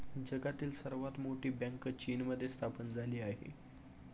जगातील सर्वात मोठी बँक चीनमध्ये स्थापन झाली आहे